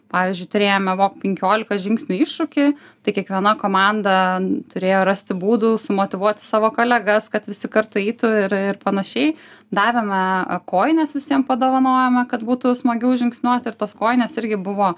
pavyzdžiui turėjome vok penkiolika žingsnių iššūkį tai kiekviena komanda turėjo rasti būdų motyvuoti savo kolegas kad visi kartu eitų ir ir panašiai davėme kojines visiem padovanojome kad būtų smagiau žingsniuoti ir tos kojinės irgi buvo